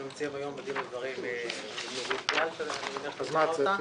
אנחנו נמצאים היום בדין ודברים עם --- מה הצפי?